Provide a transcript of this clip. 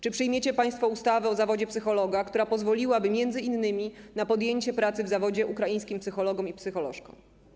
Czy przyjmiecie państwo ustawę o zawodzie psychologa, która pozwoliłaby m.in. na podjęcie pracy w zawodzie ukraińskim psychologom i psycholożkom?